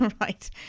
right